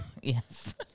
Yes